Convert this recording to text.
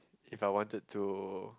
if I wanted to